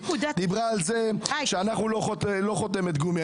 דיברה על זה שאנחנו לא חותמת גומי.